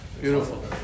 Beautiful